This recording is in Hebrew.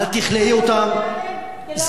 אל תכלאי אותם,